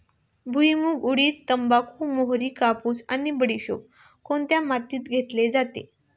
भुईमूग, उडीद, तंबाखू, मोहरी, कापूस आणि बडीशेप कोणत्या मातीत घेतली जाते?